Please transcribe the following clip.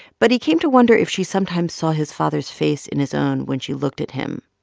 but he came to wonder if she sometimes saw his father's face in his own when she looked at him.